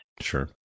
Sure